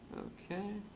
ok.